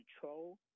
control